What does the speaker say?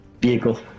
vehicle